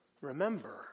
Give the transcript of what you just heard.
Remember